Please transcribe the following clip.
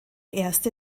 erste